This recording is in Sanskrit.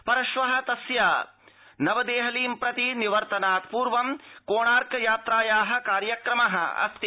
परश्न तस्य नवदेहलीं प्रति निवर्तनात् पूर्वंकोणार्क यात्राया कार्यक्रम अस्ति